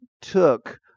took